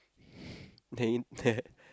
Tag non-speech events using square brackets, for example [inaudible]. [breath] then you that